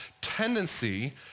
tendency